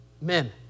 men